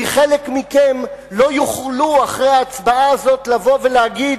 כי חלק מכם לא יוכלו אחרי ההצבעה הזאת לבוא ולהגיד: